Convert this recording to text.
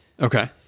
Okay